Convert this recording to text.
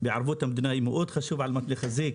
בערבות המדינה הוא חשוב מאוד על מנת לחזק